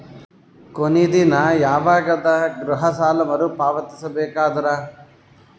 ಕೊನಿ ದಿನ ಯವಾಗ ಅದ ಗೃಹ ಸಾಲ ಮರು ಪಾವತಿಸಬೇಕಾದರ?